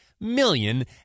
million